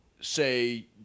say